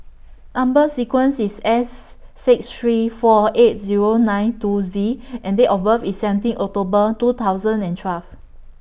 Number sequence IS S six three four eight Zero nine two Z and Date of birth IS seventeen October two thousand and twelve